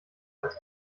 als